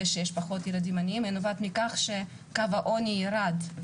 שיש פחות ילדים עניים אלא היא נובעת מכך שקו העוני ירד,